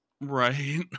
Right